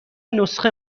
نسخه